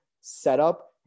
setup